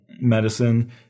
medicine